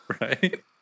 Right